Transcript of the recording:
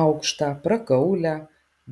aukštą prakaulią